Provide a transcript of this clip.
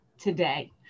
today